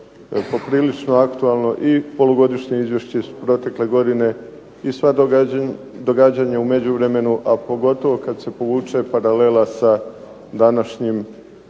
poprilično aktualno i polugodišnje izvješće iz protekle godine i sva događanja u međuvremenu, a pogotovo kad se povuče paralela sa današnjim